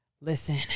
Listen